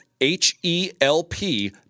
H-E-L-P